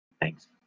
Thanks